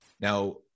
Now